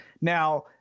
Now